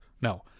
no